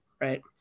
right